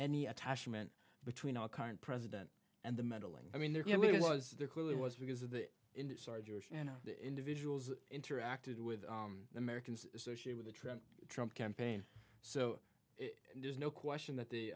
any attachment between our current president and the meddling i mean there was there clearly was because of the you know individuals interacted with americans associate with the trent trump campaign so there's no question that